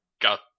got